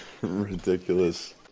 ridiculous